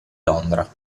londra